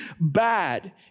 bad